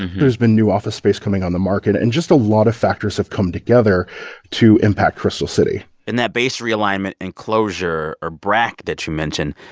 there's been new office space coming on the market. and just a lot of factors have come together to impact crystal city and that base realignment and closure, or brac that you mentioned,